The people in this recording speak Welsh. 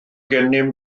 gennym